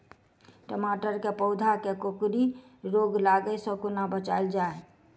टमाटर केँ पौधा केँ कोकरी रोग लागै सऽ कोना बचाएल जाएँ?